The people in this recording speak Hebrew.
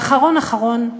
ואחרון אחרון,